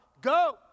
go